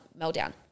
meltdown